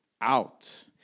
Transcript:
out